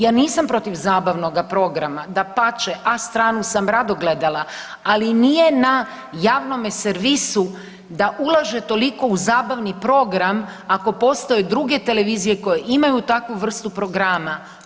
Ja nisam protiv zabavnoga programa, dapače, „A Stranu“ sam rado gledala, ali nije na javnome servisu da ulaže toliko u zabavni program ako postoje druge televizije koje imaju takvu vrstu programa.